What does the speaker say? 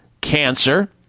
cancer